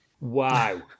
wow